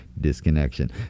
disconnection